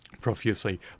profusely